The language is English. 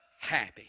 happy